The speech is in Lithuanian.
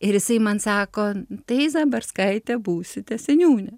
ir jisai man sako tai zabarskaite būsite seniūnė